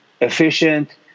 efficient